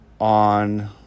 on